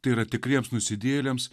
tai yra tikriems nusidėjėliams